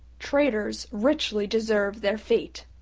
traitors richly deserve their fate.